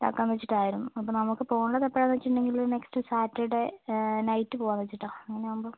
ഇതാക്കാം വെച്ചിട്ടായിരുന്നു അപ്പോൾ നമുക്ക് പോവേണ്ടത് എപ്പോഴാണെന്ന് വെച്ചിട്ടുണ്ടെങ്കിൽ നെക്സ്റ്റ് സാറ്റർഡേ നൈറ്റ് പോവാമെന്ന് വെച്ചിട്ടാണ് അങ്ങനെയാവുമ്പോൾ